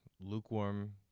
lukewarm